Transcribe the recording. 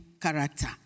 character